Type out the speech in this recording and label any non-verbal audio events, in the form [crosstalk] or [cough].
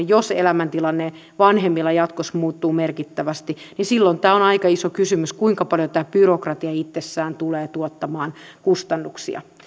[unintelligible] jos elämäntilanne vanhemmilla jatkossa muuttuu merkittävästi silloin tämä on aika iso kysymys kuinka paljon tämä byrokratia itsessään tulee tuottamaan kustannuksia